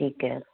ਠੀਕ ਹੈ